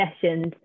sessions